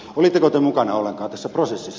olitteko te mukana ollenkaan tässä prosessissa